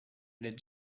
les